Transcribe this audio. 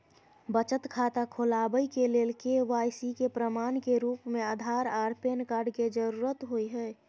बचत खाता खोलाबय के लेल के.वाइ.सी के प्रमाण के रूप में आधार आर पैन कार्ड के जरुरत होय हय